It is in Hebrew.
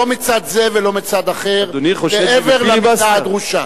מצד זה ולא מצד אחר מעבר למידה הדרושה.